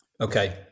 Okay